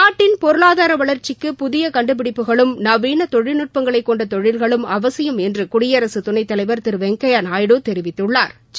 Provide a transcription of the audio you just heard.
நாட்டின் பொருாளாதார வளர்ச்சிக்கு புதிய கண்டுபிடிப்புகளும் நவீன தொழில்நுட்பங்களை கொண்ட தொழில்களும் அவசியம் என்று குடியரசு துணைத் தலைவா் திரு வெங்கையா நாயுடு தெரிவித்துள்ளாா்